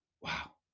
Wow